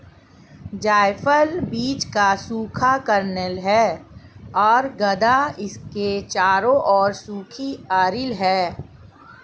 जायफल बीज का सूखा कर्नेल है और गदा इसके चारों ओर सूखी अरिल है